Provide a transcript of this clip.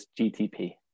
GTP